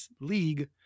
League